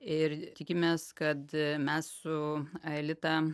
ir tikimės kad mes su aelita